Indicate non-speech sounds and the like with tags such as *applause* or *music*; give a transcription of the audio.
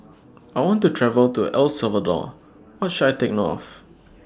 *noise* I want to travel to El Salvador What should I Take note of